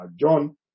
John